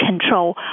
control